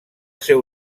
seu